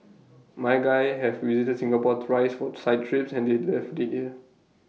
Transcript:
my guys have visited Singapore thrice for site trips and they loved IT here